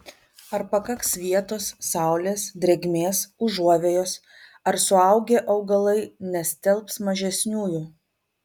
ar pakaks vietos saulės drėgmės užuovėjos ar suaugę augalai nestelbs mažesniųjų